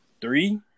Three